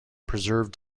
preserved